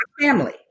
family